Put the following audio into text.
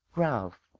ralph.